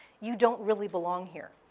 you don't really belong here.